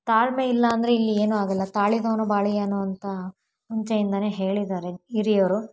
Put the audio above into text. ತಾಳ್ಮೆ ಇಲ್ಲ ಅಂದರೆ ಇಲ್ಲಿ ಏನೂ ಆಗಲ್ಲ ತಾಳಿದವನು ಬಾಳಿಯಾನು ಅಂತ ಮುಂಚೆಯಿಂದಾನೇ ಹೇಳಿದ್ದಾರೆ ಹಿರಿಯರು